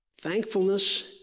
Thankfulness